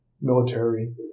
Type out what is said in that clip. military